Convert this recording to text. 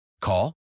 Call